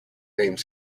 name